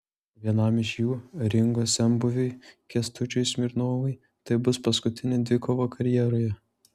vienam iš jų ringo senbuviui kęstučiui smirnovui tai bus paskutinė dvikova karjeroje